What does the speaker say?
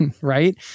right